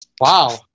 Wow